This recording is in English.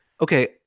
Okay